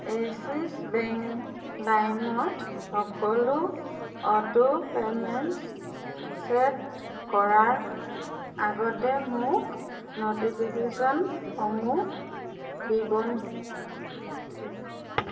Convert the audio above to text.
axis bank লাইমত সকলো auto payment set কৰাৰ আগতে মোক ন'টিফিকেশ্যনসমূহ দিবনে